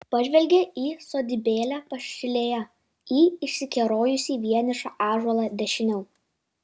pažvelgė į sodybėlę pašilėje į išsikerojusį vienišą ąžuolą dešiniau